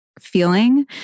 feeling